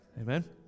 Amen